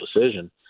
decision